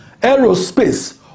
aerospace